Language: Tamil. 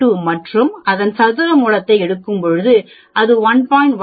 32 மற்றும் நான் அதன் சதுர மூலத்தை எடுக்கும்போது அது 1